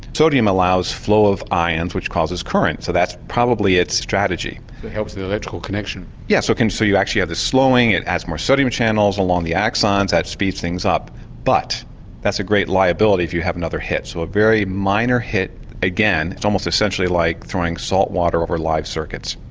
sodium allows the flow of iron which causes currents so that's probably its strategy. it helps the electrical connection. yeah so yes so you actually have the slowing, it adds more sodium channels along the axons that speed things up but that's a great liability if you have another hit. so a very minor hit again, it's almost essentially like throwing salt water over live circuits.